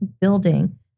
building